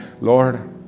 Lord